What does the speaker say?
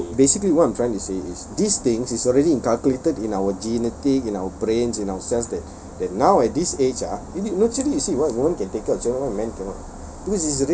ya so so basically what I'm trying to say is these things is already inculcated in our genetic in our brains in our cells that that now at this age ah actually you see what women can take care of children why men cannot